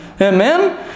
Amen